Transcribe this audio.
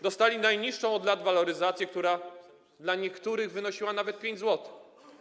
Dostali najniższą od lat waloryzację, która dla niektórych wynosiła nawet 5 zł.